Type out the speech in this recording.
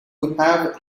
have